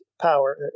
power